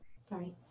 Sorry